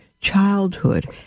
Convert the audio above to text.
childhood